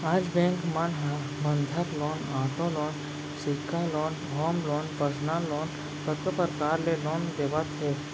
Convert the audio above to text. आज बेंक मन ह बंधक लोन, आटो लोन, सिक्छा loan, home loan, personal loan कतको परकार ले लोन देवत हे